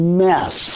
mess